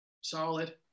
solid